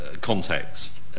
context